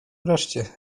wreszcie